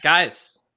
Guys